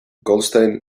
goldstein